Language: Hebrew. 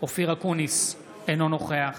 אופיר אקוניס, אינו נוכח